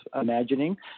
imagining